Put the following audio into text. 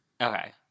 Okay